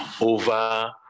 over